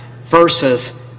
versus